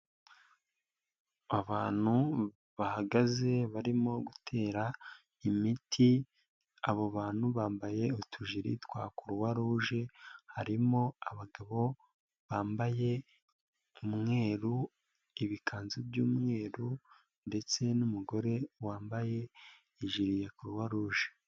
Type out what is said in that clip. Abantu bahagaze barimo gutera imiti, abo bantu bambaye utujiri twa kuruwaruje, harimo abagabo bambaye umweru, ibikanzu by'umweru ndetse n'umugore wambaye ijiri ya kuruwaruje.